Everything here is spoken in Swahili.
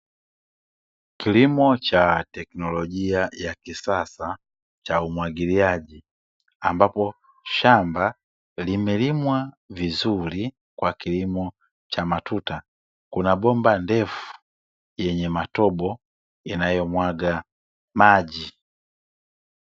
kilimo cha teknolojia ya kisasa cha umwagiliaji, ambapo shamba limelimwa vizuri kwa kilimo cha matuta, kuna bomba ndefu yenye matobo, inayomwaga maji.